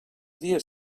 dia